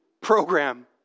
program